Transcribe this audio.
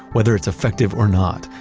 whether it's effective or not.